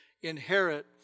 inherit